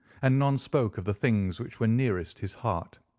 and none spoke of the things which were nearest his heart.